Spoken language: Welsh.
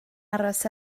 aros